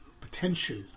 Potential